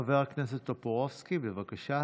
חבר הכנסת טופורובסקי, בבקשה.